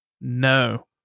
No